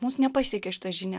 mus nepasiekia šita žinia